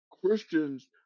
Christians